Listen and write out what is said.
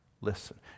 listen